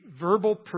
verbal